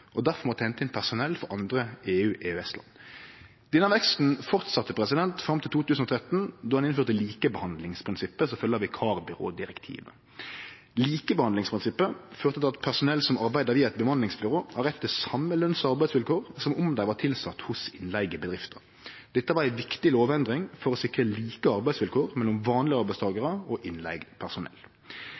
og difor måtte hente inn personell frå andre EU/EØS-land. Denne veksten fortsette fram til 2013, då ein innførte likebehandlingsprinsippet, som følgjer vikarbyrådirektivet. Likebehandlingsprinsippet førte til at personell som arbeider via eit bemanningsbyrå, har rett til same løns- og arbeidsvilkår som om dei var tilsette hos innleigebedrifta. Dette var ei viktig lovendring for å sikre like arbeidsvilkår mellom vanlege arbeidstakarar og innleigd personell.